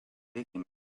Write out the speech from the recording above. tegime